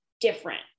different